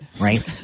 right